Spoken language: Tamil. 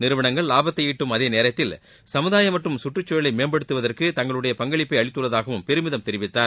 நிறுவனங்கள் லாபத்தை ஈட்டும் அதேநேரத்தில் சமுதாயம் மற்றும் சுற்றுச்சூழலை மேம்படுத்துவதற்கு தங்களுடைய பங்களிப்பை அளித்துள்ளதாக பெருமிதம் தெரிவித்தார்